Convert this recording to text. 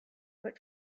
but